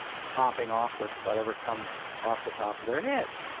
popping off with whatever comes off the top of their head.